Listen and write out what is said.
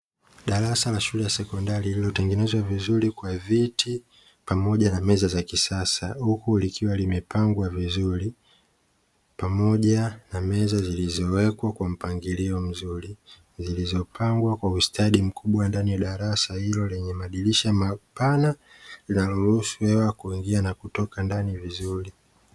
Darasa la shule ya sekondari iliyotengenezwa vizuri kwa viti pamoja na meza za kisasa, huku likiwa limepangwa vizuri pamoja na meza zilizowekwa kwa mpangilio mzuri zilizopangwa kwa ustadi mkubwa kwenye darasa hilo lenye madirisha mapana yanayoruhusu hewa kuingia na kutoka vizuri.